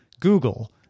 google